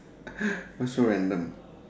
why so random